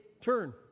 Turn